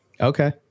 Okay